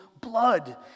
blood